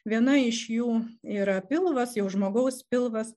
viena iš jų yra pilvas jau žmogaus pilvas